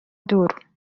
دور